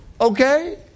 Okay